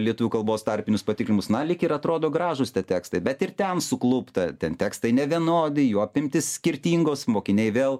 lietuvių kalbos tarpinius patikimus na lyg ir atrodo gražūs tie tekstai bet ir ten suklupta ten tekstai nevienodi jų apimtys skirtingos mokiniai vėl